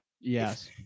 Yes